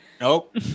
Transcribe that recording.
Nope